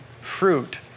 fruit